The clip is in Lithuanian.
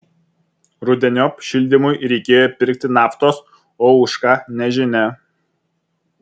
rudeniop šildymui reikėjo pirkti naftos o už ką nežinia